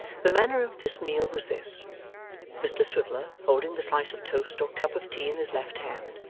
the manner of this meal was this mr swiveller, holding the slice of toast or cup of tea in his left hand,